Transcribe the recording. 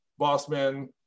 Bossman